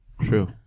true